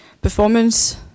performance